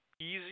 easy